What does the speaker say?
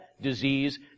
disease